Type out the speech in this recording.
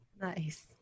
Nice